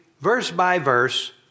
verse-by-verse